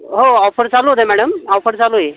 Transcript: हो ऑफर चालू होते मॅडम ऑफर चालू आहे